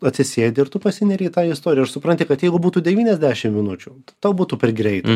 atsisėdi ir tu pasineri į tą istoriją ir supranti kad jeigu būtų devyniasdešim minučių tau būtų per greita